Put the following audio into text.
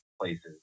places